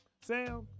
Sam